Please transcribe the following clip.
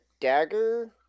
dagger